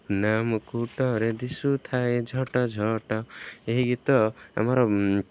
ସୁନା ମୁକୁଟରେ ଦିଶୁଥାଏ ଝଟ ଝଟ ଏହି ଗୀତ ଆମର